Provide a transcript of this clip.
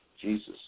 Jesus